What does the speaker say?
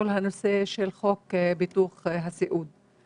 כל הנושא של חוק ביטוח הסיעוד.